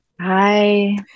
Hi